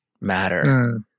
matter